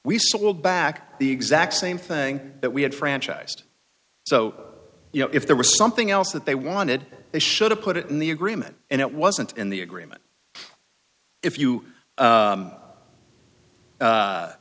sold back the exact same thing that we had franchised so you know if there was something else that they wanted they should have put it in the agreement and it wasn't in the agreement if you